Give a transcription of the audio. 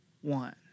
one